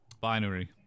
Binary